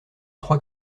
trois